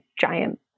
giant